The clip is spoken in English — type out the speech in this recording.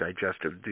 digestive